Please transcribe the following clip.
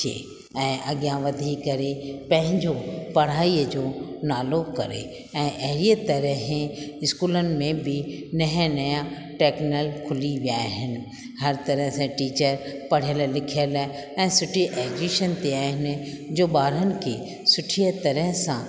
जे ऐं अॻियां वधी करे पंहिंजो पढ़ाईअ जो नालो करे ऐं अहिड़ीअ तरह ही स्कूलनि में बि नया नया टेक्नल खुली वया आहिनि हर तरह टीचर पढ़ियलु लिखियलु ऐं सुठे एजुएशन ते आहिनि जो ॿारनि खे सुठीअ तरह सां